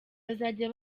bazajya